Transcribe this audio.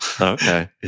Okay